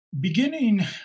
beginning